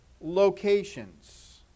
locations